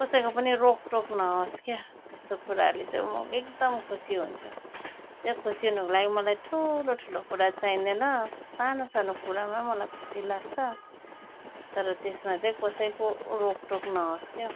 कसैको पनि रोकटोक नहोस् क्या यस्तो कुराहरूले चाहिँ म एकदम खुसी हुन्छु त्यो खुसी हुनुको लागि मलाई ठुलो ठुलो कुरा चाहिँदैन सानो सानो कुरामा मलाई खुसी लाग्छ तर त्यसमा चाहिँ कसैको रोकटोक नहोस् क्या